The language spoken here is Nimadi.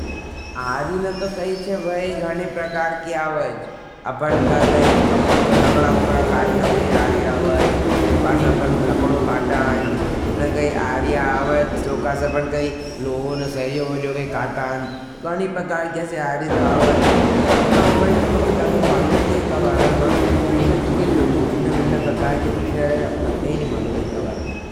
आरी ना तो कईच्ये भई, गणि प्रकार की आवज। कापड़ लकड़ा-वगड़ा काटनो की आरी आवज। उकास अपन लकड़ो काटाइच, न काई आरी आवज। उकास अपन काई लोहोन शह्रीयवज्यों काटाइच। तो गर्नी प्रकार कैसे आ रही तो आ वाईड़ पर अपनों होगा ये अपनों कि ज़दध मालूम नहीं एका बाराम हज। ये सब तो भी लोगों भीना-भीना प्रकार के लिए रहज। अपनाथ कही नहीं मालूम एका बाराम हज।